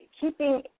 keeping